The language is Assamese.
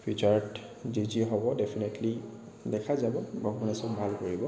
ফিউচাৰত যি যি হ'ব দেফিনেটলি দেখা যাব ভগবানে চব ভাল কৰিব